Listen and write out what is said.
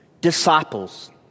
disciples